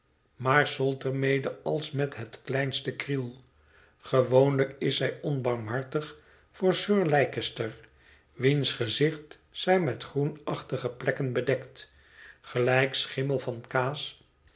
maar solt er mede als met het kleinste kriel gewoonlijk is zij onbarmhartig voor sir leicester wiens gezicht zij met groenachtige plekken bedekt gelijk schimmel van kaas